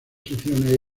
secciones